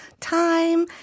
time